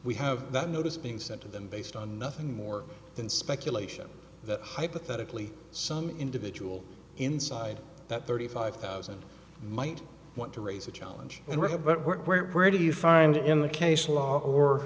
we have that notice being sent to them based on nothing more than speculation that hypothetically some individual inside that thirty five thousand might want to raise a challenge and rebut what where where do you find in the case law or